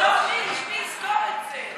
בסוף, מי יזכור את זה?